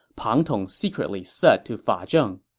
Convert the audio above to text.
pang tong secretly said to fa zhang,